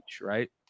right